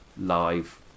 live